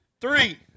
three